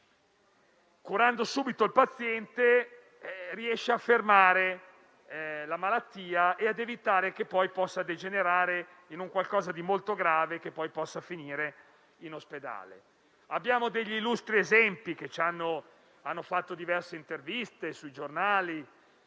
curare subito il paziente riesce a fermare la malattia e a evitare che possa degenerare in un qualcosa di molto grave che costringe ad andare in ospedale. Abbiamo illustri persone che hanno rilasciato diverse interviste sui giornali,